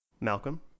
Malcolm